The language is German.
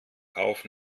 kauf